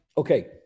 Okay